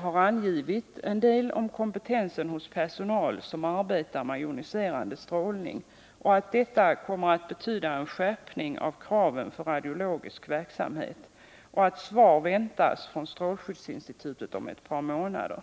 har angivit en del om kompetensen hos personal, som arbetar med joniserande strålning, och att detta kommer att betyda en skärpning av kraven för radiologisk verksamhet. Statsrådet säger också att svar väntas från strålskyddsinstitutet om ett par månader.